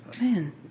man